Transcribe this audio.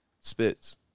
spits